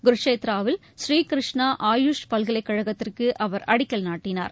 குருஷேத்ராவில் ஸ்ரீகிருஷ்ணா ஆயுஷ் பல்கலைக்கழகத்திற்கு அவர் அடிக்கல் நாட்டினார்